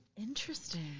Interesting